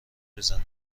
میزنم